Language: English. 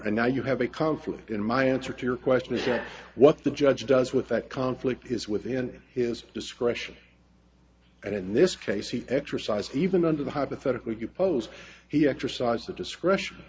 and now you have a conflict in my answer to your question is that what the judge does with that conflict is within his discretion and in this case he exercised even under the hypothetical you posed he exercised the discretion